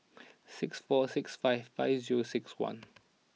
six four six five five zero six one